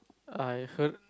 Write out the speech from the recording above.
I heard